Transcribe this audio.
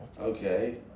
okay